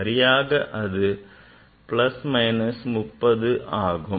சரியாக அது plus minus 30 ஆகும்